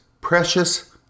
precious